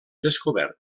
descobert